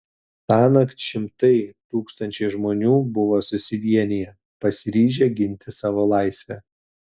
tąnakt šimtai tūkstančiai žmonių buvo susivieniję pasiryžę ginti savo laisvę